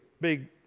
big